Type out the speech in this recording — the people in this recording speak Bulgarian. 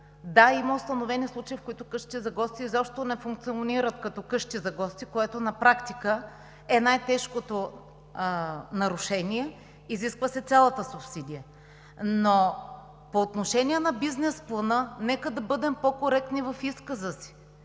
Да, има установени случаи, в които къщите за гости изобщо не функционират като къщи за гости. Това на практика е най-тежкото нарушение, изисква се цялата субсидия. Но по отношение на бизнес плана нека да бъдем по-коректни в изказа.